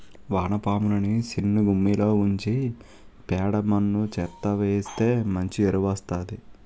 వానపాములని సిన్నగుమ్మిలో ఉంచి పేడ మన్ను చెత్తా వేస్తె మంచి ఎరువు వస్తాది